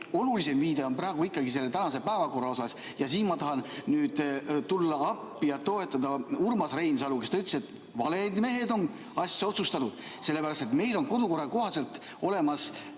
olulisem viide on praegu ikkagi tänasele päevakorrale. Siin ma tahan nüüd tulla appi ja toetada Urmas Reinsalu, kes ütles, et valed mehed on asja otsustanud. Sellepärast et meil on kodukorra kohaselt olemas